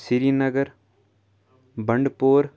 Srinagar Bandipora